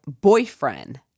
boyfriend